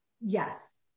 Yes